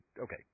okay